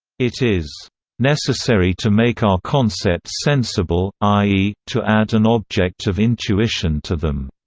it is necessary to make our concepts sensible i e, to add an object of intuition to them.